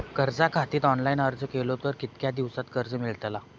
कर्जा खातीत ऑनलाईन अर्ज केलो तर कितक्या दिवसात कर्ज मेलतला?